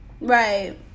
Right